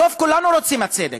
בסוף כולנו רוצים את הצדק.